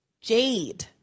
Jade